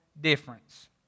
difference